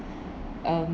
um